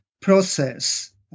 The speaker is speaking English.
process